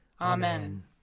Amen